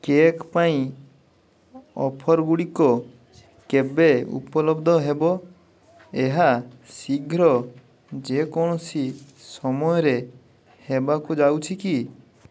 cake ପାଇଁ offer ଗୁଡ଼ିକ କେବେ ଉପଲବ୍ଧ ହେବ ଏହା ଶୀଘ୍ର ଯେକୌଣସି ସମୟରେ ହେବାକୁ ଯାଉଛି କି